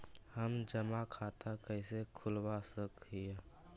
हम जमा खाता कैसे खुलवा सक ही?